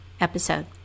episode